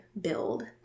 build